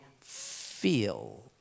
feel